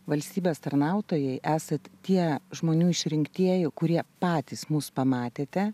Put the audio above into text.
valstybės tarnautojai esat tie žmonių išrinktieji kurie patys mus pamatėte